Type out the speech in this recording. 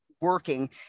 working